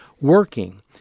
working